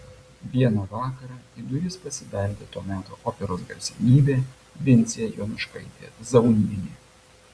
vieną vakarą į duris pasibeldė to meto operos garsenybė vincė jonuškaitė zaunienė